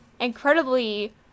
incredibly